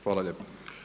Hvala lijepa.